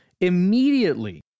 immediately